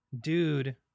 dude